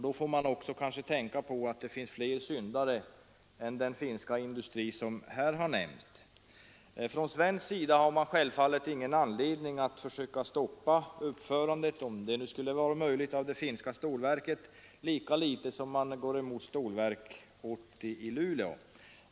Då får man kanske också tänka på att det finns fler syndare än den finska industri som här har nämnts. Det finns självfallet ingen anledning att från svensk sida försöka stoppa uppförandet, om det nu skulle vara möjligt, av det finska stålverket — lika litet som man går emot Stålverk 80 i Luleå.